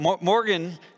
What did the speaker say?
Morgan